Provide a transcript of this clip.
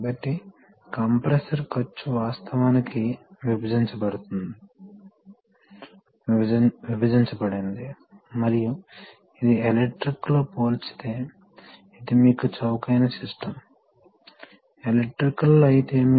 కాబట్టి ప్రెషర్ ఒక నిర్దిష్ట స్థాయికి మించి పెరగదు ఇప్పుడు కార్యాచరణ అవసరాల కారణంగా కొన్ని సమయాల్లో మీరు ఈ వాల్వ్ తెరవాలనుకుంటున్నారు